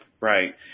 Right